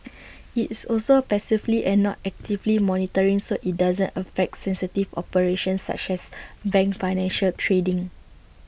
it's also passively and not actively monitoring so IT doesn't affect sensitive operations such as A bank's financial trading